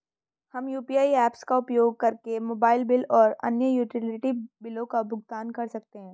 हम UPI apps का उपयोग करके मोबाइल बिल और अन्य यूटिलिटी बिलों का भुगतान कर सकते हैं